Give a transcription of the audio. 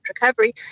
recovery